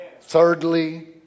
Thirdly